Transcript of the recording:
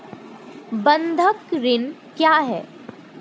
बंधक ऋण क्या है?